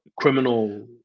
criminal